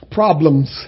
problems